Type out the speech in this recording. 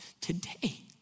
today